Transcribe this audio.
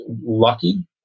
lucky